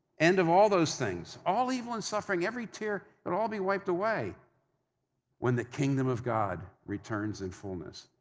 end of all those things. all evil and suffering, every tear will and all be wiped away when the kingdom of god returns in fullness.